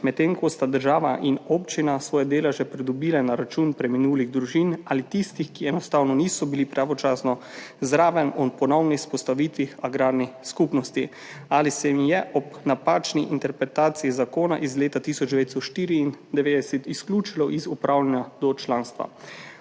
medtem ko sta država in občina svoje deleže pridobili na račun preminulih družin ali tistih, ki enostavno niso bili pravočasno zraven ob ponovni vzpostavitvi agrarnih skupnosti ali se jih je ob napačni interpretaciji zakona iz leta 1994 izključilo iz upravljanja do članstva.